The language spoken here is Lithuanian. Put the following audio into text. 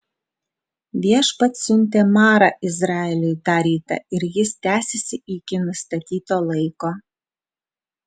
viešpats siuntė marą izraeliui tą rytą ir jis tęsėsi iki nustatyto laiko